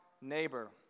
neighbor